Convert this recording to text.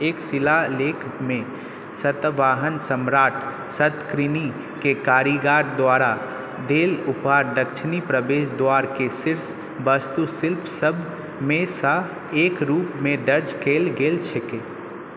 एक शिलालेखमे सातवाहन सम्राट सातकर्णीके कारीगर द्वारा देल उपहार दक्षिणी प्रवेश द्वारके शीर्ष वास्तुशिल्पसभमेसँ एकके रूपमे दर्ज कयल गेल छैक